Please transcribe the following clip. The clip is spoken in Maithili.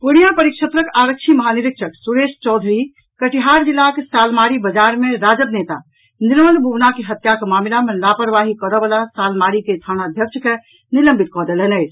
पूर्णिया परिक्षेत्रक आरक्षी माहानिरीक्षक सुरेश चौधरी कटिहार जिलाक सालमारी बजार मे राजद नेता निर्मल बुबना के हत्याक मामिला मे लापरबाही करऽवला सालमारी के थाना अध्यक्ष के निलंबित कऽ देलनि अछि